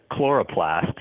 chloroplasts